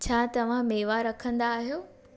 छा तव्हां मेवा रखंदा आहियो